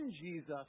Jesus